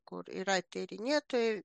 kur yra tyrinėtojai